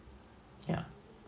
yeah